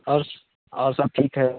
आओर स आओर सब ठीक हइ